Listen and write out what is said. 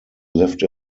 lived